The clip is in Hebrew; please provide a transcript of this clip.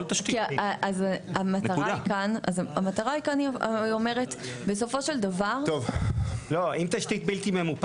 אז המטרה כאן אומרת שבסופו של דבר --- אם תשתית בלתי ממופה